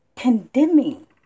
condemning